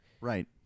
Right